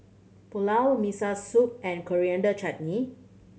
Pulao Miso Soup and Coriander Chutney